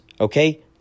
Okay